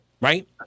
right